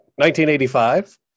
1985